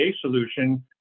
solution